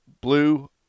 blue